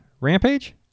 Rampage